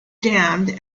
dammed